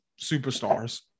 superstars